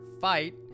fight